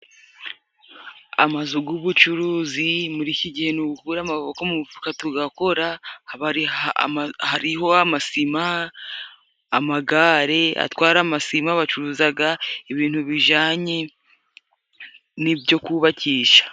Amazu g'ubucuruzi muri iki gihe ni ugukura amaboko mu mufuka tugakora. Hariho amasima, amagare atwara amasima, bacuruzaga ibintu bijanye n'ibyo kubakisha.